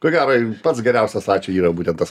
ko gero pats geriausias ačiū yra būtent tas